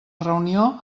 reunió